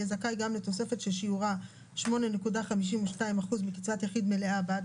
יהיה זכאי גם לתוספת ששיעורה 8.52% מקצבת יחיד מלאה בעד